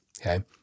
Okay